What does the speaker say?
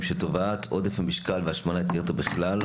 שתופעת עודף המשקל והשמנת יתר בכלל,